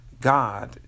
God